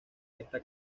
esta